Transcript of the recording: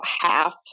half